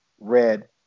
red